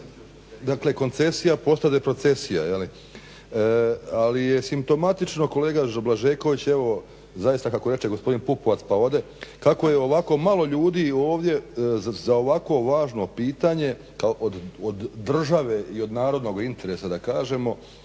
Dakle koncesija postade procesija. Ali je simptomatično kolega Blažeković evo zaista kako reče gospodin Pupovac pa ode kako je ovako malo ljudi ovdje za ovako važno pitanje od države i narodnoga interesa da kažemo